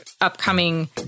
upcoming